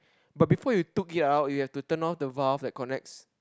but before you took it out you have to turn of the valve that connects